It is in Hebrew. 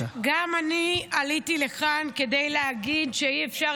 גם אני עליתי לכאן כדי להגיד שאי-אפשר